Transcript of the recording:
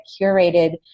curated